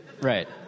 Right